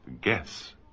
guess